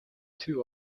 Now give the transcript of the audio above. two